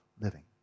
living